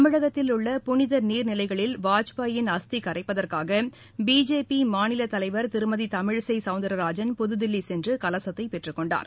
தமிழகத்தில் உள்ள புனித நீர்நிலைகளில் வாஜ்பாயின் அஸ்தி கரைப்பதற்காக பிஜேபி மாநிலத் தலைவர் திருமதி தமிழிசை சௌந்தர்ராஜன் புதுதில்லி சென்று கலசத்தை பெற்றுக் கொண்டார்